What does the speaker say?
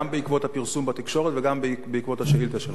גם בעקבות הפרסום בתקשורת וגם בעקבות השאילתא שלך.